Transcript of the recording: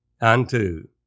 unto